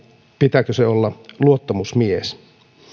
pitääkö sen olla luottamusmies